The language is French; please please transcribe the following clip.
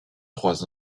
trois